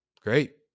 great